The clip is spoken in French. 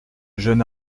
jeune